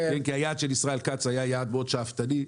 היעד של ישראל כץ היה יעד מאוד שאפתני,